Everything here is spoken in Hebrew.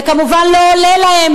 זה כמובן לא עולה להם,